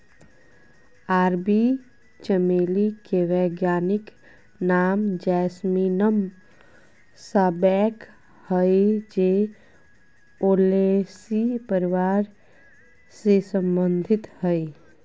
अरबी चमेली के वैज्ञानिक नाम जैस्मीनम सांबैक हइ जे ओलेसी परिवार से संबंधित हइ